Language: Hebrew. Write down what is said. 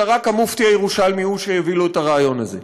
אלא רק המופתי הירושלמי הוא שהביא לו את הרעיון הזה.